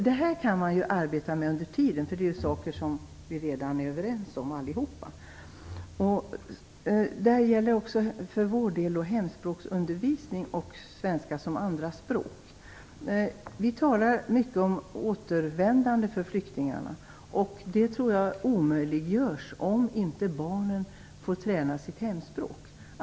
Detta kan man arbeta med under tiden, eftersom det är saker som vi redan är överens om allihopa. Detta gäller också, för vår del, hemspråksundervisning och svenska som andra språk. Vi talar mycket om återvändande när det gäller flyktingarna. Jag tror att ett återvändande omöjliggörs om barnen inte får träna sitt hemspråk.